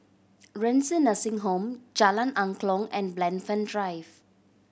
Renci Nursing Home Jalan Angklong and Blandford Drive